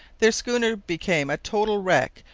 their schooner became a total wreck,